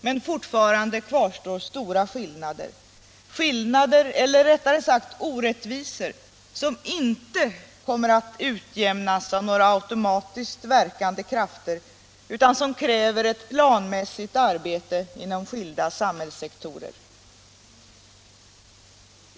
Men fortfarande kvarstår stora skillnader — eller rättare sagt orättvisor — som inte kommer att utjämnas av några automatiskt verkande krafter utan kräver ett planmässigt arbete inom skilda samhällssektorer.